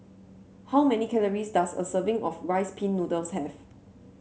how many calories does a serving of Rice Pin Noodles have